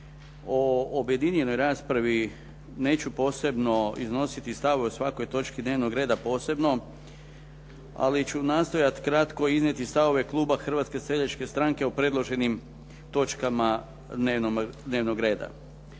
o objedinjenoj raspravi neću posebno iznositi stavove o svakoj točki dnevnog reda posebno, ali ću nastojati kratko iznijeti stavove kluba Hrvatske seljačke stranke o predloženim točkama dnevnog reda.